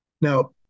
Now